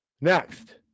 Next